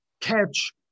catch